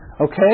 Okay